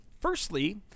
Firstly